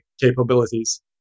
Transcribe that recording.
capabilities